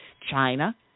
China